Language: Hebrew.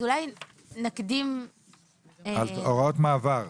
הוראות המעבר.